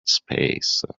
space